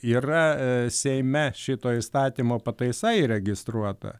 yra seime šito įstatymo pataisa įregistruota